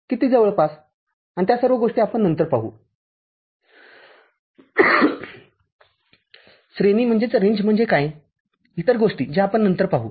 किती जवळपस आणि त्या सर्व गोष्टी आपण नंतर पाहू श्रेणी काय आहे इतर गोष्टी ज्या आपण नंतर पाहू